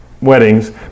weddings